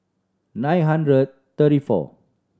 nine hundred thirty four